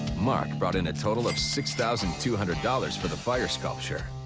marc brought in a total of six thousand two hundred dollars for the fire sculpture.